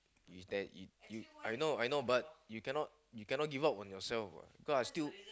you tell you you I know I know but you cannot you cannot give up on yourself what because I still